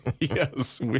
yes